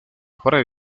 pared